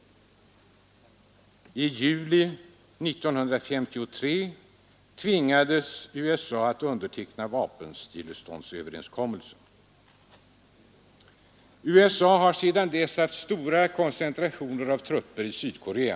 I juli 1953 tvingades USA att underteckna vapenstilleståndsöverenskommelsen. USA har sedan dess haft stora koncentrationer av trupper i Sydkorea.